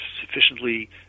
sufficiently